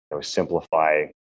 simplify